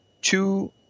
two